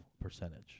percentage